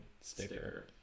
sticker